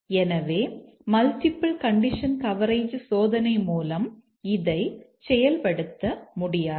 எனவே multiple condition coverage சோதனை மூலம் இதை செயல்படுத்த முடியாது